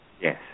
Yes